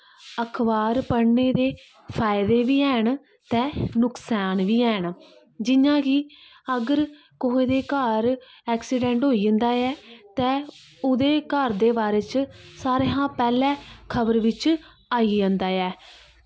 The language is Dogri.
अखबार पढ़ने दे फायदे बी हैन ते नकसान बी हैन जियां कि अगर कुसै दे घर ऐक्सिडेंट होई जंदा ऐ ते ओह्दे घर दे बारे च सारें शा पैह्लें खबर बिच्च आई जंदा ऐ